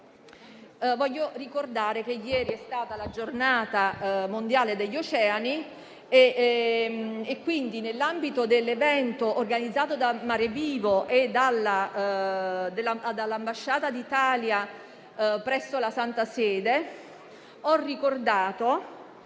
voglio ricordare che ieri è stata la Giornata mondiale degli oceani; nell'ambito dell'evento organizzato da Marevivo e dall'Ambasciata d'Italia presso la Santa Sede, ho ricordato